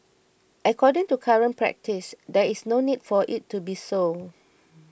according to current practice there is no need for it to be so